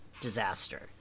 disaster